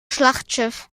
schlachtschiff